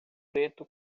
preto